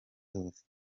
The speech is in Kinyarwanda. zose